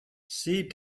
see